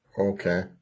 Okay